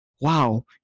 wow